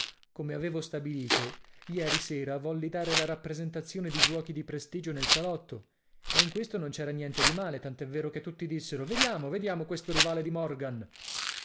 come avevo stabilito ieri sera volli dare la rappresentazione di giuochi di prestigio nel salotto e in questo non c'era niente di male tant'è vero che tutti dissero vediamo vediamo questo rivale di morgan